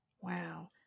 Wow